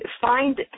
Find